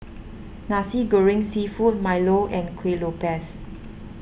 Nasi Goreng Seafood Milo and Kueh Lopes